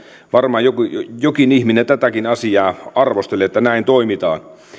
varmaan jokin ihminen tätäkin asiaa arvostelee että näin toimitaan